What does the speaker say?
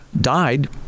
died